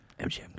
MGM